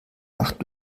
nacht